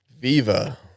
Viva